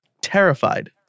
terrified